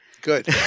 Good